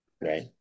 right